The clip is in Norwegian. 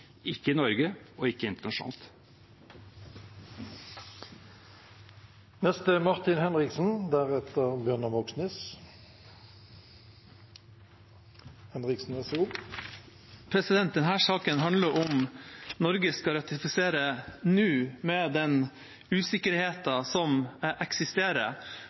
ikke i Norge og ikke internasjonalt. Denne saken handler om hvorvidt Norge skal ratifisere nå, med den usikkerheten som eksisterer. Jeg vil bare understreke det utenriksministeren også sa, at med